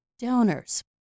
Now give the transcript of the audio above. Donors